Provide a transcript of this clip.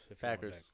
Packers